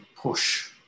push